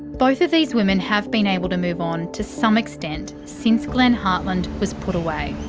both of these women have been able to move on to some extent since glenn hartland was put away.